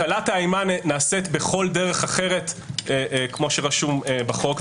הטלת האימה נעשית בכל דרך אחרת, כמו שרשום בחוק.